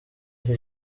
iki